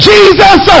Jesus